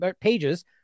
pages